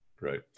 Right